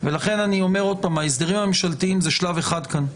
ולכן אני אומר עוד פעם שההסדרים הממשלתיים זה שלב אחד כאן.